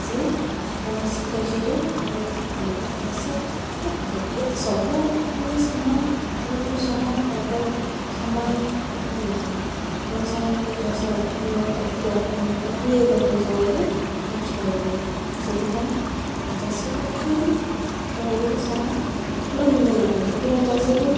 ସେ କୌଣସି କାର୍ଯ୍ୟରେ ମନ ଦୁଃଖ କରିନଥାଏ ଚାଷ ଗୋଟିଏ ତ ସବୁବେଳେ ସମାନ ଋତୁ ସମାନ ପାଗ ସମାନ ହୋଇ ନ ଥାଏ କେଉଁ ସମୟରେ ଚାଷ ଉନ୍ନତ ଅଧିକ ଉନ୍ନତ ହୁଏ ତ କେଉଁ ସମୟରେ ନଷ୍ଟ ହୋଇଯାଏ ସେଥିପାଇଁ ଚାଷ କାର୍ଯ୍ୟରେ ସବୁବେଳେ ସମାନ ଫଳ ମିଳି ନ ଥାଏ ସେଥିପାଇଁ ଚାଷୀକୁ